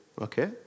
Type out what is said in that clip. okay